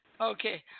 Okay